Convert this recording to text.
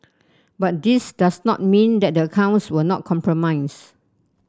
but this does not mean that the accounts were not compromised